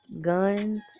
guns